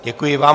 Děkuji vám.